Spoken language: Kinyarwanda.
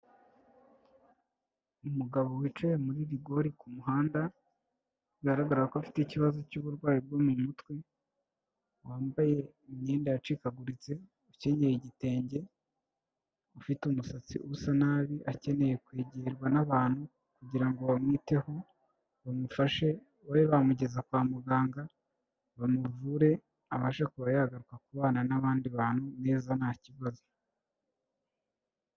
Umugabo wicaye muri rigori ku muhanda bigaragara ko afite ikibazo cy'uburwayi bwo mu mutwe, wambaye imyenda yacikaguritse ukenyeye igitenge, ufite umusatsi usa nabi akeneye kwegerwa n'abantu kugira ngo bamwiteho, bamufashe babe bamugeza kwa muganga bamuvure abashe kuba yagaruka kubana n'abandi bantu neza nta kibazo.